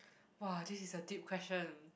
!wah! this is a deep question